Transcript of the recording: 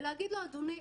ולהגיד לו: אדוני,